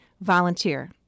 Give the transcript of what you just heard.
volunteer